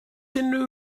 unrhyw